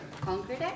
concrete